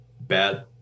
bad